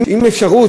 יש אפשרות,